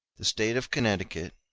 the state of connecticut,